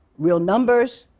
real numbers,